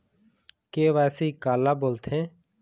KYC काला बोलथें?